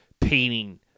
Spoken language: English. painting